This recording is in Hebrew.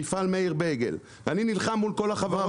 מפעל מאיר בייגל, אני נלחם מול כל החברות הגדולות.